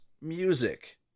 music